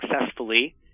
successfully –